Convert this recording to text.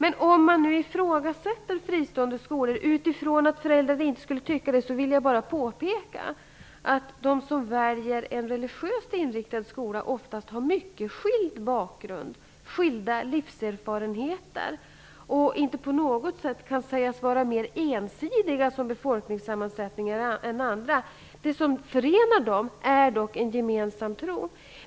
Men om man ifrågasätter fristående skolor med utgångspunkt i att föräldrar inte tycker att det är viktigt, vill jag påpeka att de som väljer en religiöst inriktad skola ofta har skilda bakgrunder och livserfarenheter. De kan inte på något sätt sägas vara mer ensidiga i sammansättningen än andra grupper. Det som förenar dessa människor är en gemensam tro.